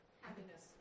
Happiness